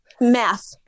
Math